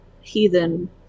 heathen